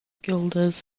guelders